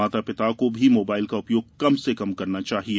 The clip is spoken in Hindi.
माता पिता को भी मोबाइल का उपयोग कम से कम करना चाहिए